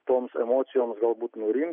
toms emocijoms galbūt nurim